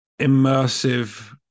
immersive